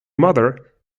mother